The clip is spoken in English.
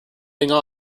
getting